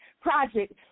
Project